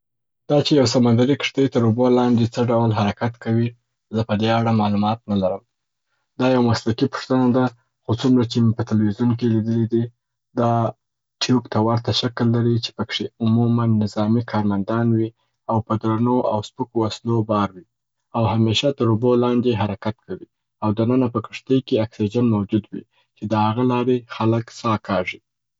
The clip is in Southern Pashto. زه د پیروسکوپ په اړه معلومات نه لرم او نه مي هم د دې په اړه څه اوریدلي دي. کله چې مي په انټرنیټ کې د دي شي په اړه لټون وکړ نو پوه سومه چې دا د دوربین په څیر یو آله ده چې پیپ ته ورته شکل لري او کولای سي د موانعو لکه دیوال، غونډۍ او داسي نورو څخه د هغو په ها خوا لیدل وسي.